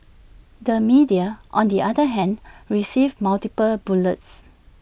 the media on the other hand received multiple bullets